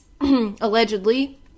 allegedly